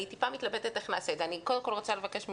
אני רוצה לבקש,